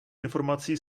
informací